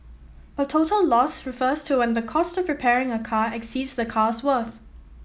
a total loss refers to when the cost of repairing a car exceeds the car's worth